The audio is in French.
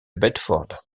bedford